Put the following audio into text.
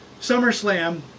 SummerSlam